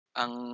ang